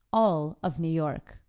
all of new york.